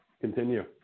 Continue